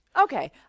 okay